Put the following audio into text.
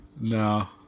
No